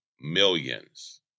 millions